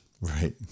Right